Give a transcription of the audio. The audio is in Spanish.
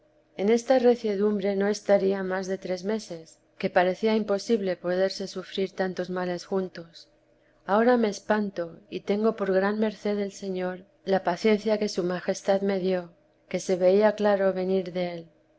en esta reciedumbre no estaría más de tres meses que parecía imposible poderse sufrir tantos males juntos ahora me espanto y tengo por gran merced del señor la paciencia que su majestad teresa de jes rae dio que se veía claro venir de él